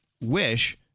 wish